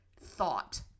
thought